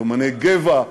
"יומני גבע",